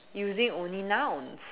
using only nouns